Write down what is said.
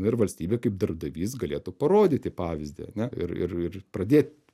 ir valstybė kaip darbdavys galėtų parodyti pavyzdį ar ne ir ir pradėt